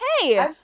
Hey